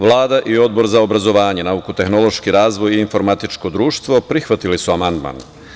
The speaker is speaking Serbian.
Vlada i Odbor za obrazovanje, nauku, tehnološki razvoj i informatičko društvo prihvatili su amandman.